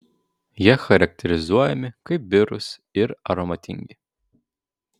jie charakterizuojami kaip birūs ir aromatingi